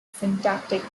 syntactic